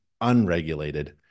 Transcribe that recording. unregulated